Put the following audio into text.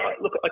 look